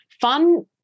fun